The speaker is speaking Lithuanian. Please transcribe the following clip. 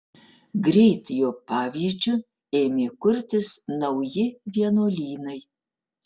greit jo pavyzdžiu ėmė kurtis nauji vienuolynai